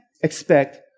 expect